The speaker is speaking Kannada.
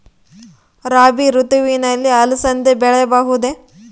ರಾಭಿ ಋತುವಿನಲ್ಲಿ ಅಲಸಂದಿ ಬೆಳೆಯಬಹುದೆ?